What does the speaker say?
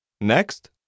Next